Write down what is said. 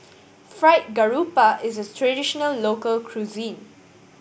Fried Garoupa is a traditional local cuisine